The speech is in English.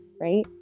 Right